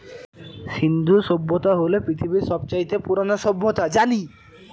সিন্ধু সভ্যতা হল পৃথিবীর সব চাইতে পুরোনো সভ্যতা জানি